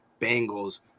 Bengals